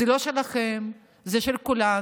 זה לא שלכם, זה של כולנו,